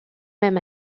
même